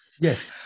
Yes